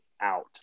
out